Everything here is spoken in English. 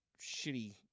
shitty